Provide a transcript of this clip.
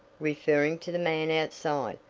referring to the man outside,